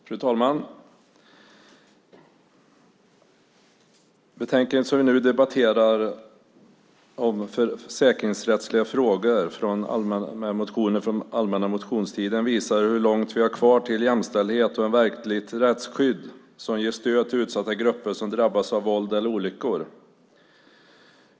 Fru talman! Det betänkande som vi nu debatterar om försäkringsrättsliga frågor med motioner från allmänna motionstiden visar hur långt vi har kvar till jämställdhet och ett verkligt rättsskydd som ger stöd till utsatta grupper som drabbats av våld eller olyckor.